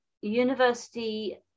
university